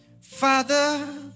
Father